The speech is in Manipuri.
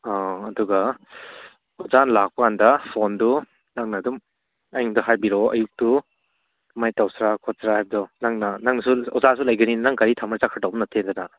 ꯑꯧ ꯑꯗꯨꯒ ꯑꯣꯖꯥ ꯂꯥꯛꯄꯀꯥꯟꯗ ꯐꯣꯟꯗꯨ ꯅꯪꯅ ꯑꯗꯨꯝ ꯑꯩꯉꯣꯟꯗ ꯍꯥꯏꯕꯤꯔꯛꯑꯣ ꯑꯌꯨꯛꯇꯨ ꯀꯃꯥꯏꯅ ꯇꯧꯁꯤꯔ ꯈꯣꯠꯁꯤꯔꯥ ꯍꯥꯏꯕꯗꯣ ꯅꯪꯅ ꯅꯪꯅꯁꯨ ꯑꯣꯖꯥꯁꯨ ꯂꯩꯒꯅꯤ ꯅꯪ ꯒꯥꯔꯤ ꯊꯝꯃ ꯆꯠꯈ꯭ꯔꯗꯧꯕ ꯅꯠꯇꯦꯗꯅ